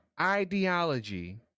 ideology